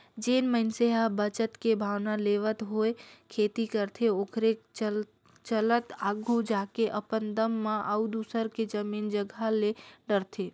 जेन मइनसे ह बचत के भावना लेवत होय खेती करथे ओखरे चलत आघु जाके अपने दम म अउ दूसर के जमीन जगहा ले डरथे